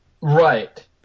Right